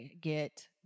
get